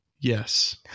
Yes